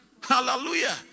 Hallelujah